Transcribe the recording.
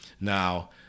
Now